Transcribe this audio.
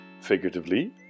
figuratively